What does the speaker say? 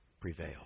prevail